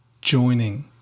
joining